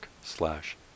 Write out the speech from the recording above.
slash